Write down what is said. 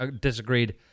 disagreed